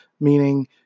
meaning